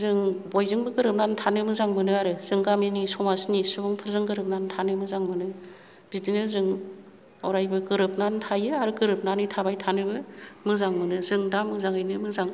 जों बयजोंबो गोरोबनानै थानो मोजां मोनो आरो जों गामिनि समाजनि सुबुंफोरजों गोरोबनानै थानो मोजां मोनो बिदिनो जों अरायबो गोरोनानै थायो आरो गोरोबनानै थाबाय थानोबो मोजां मोनो जों दा मोजाङैनो मोजां